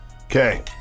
Okay